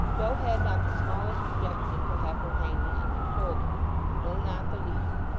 joe had not the smallest objection to have her hanging on his shoulder no, not the least,